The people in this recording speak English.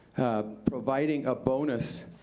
providing a bonus,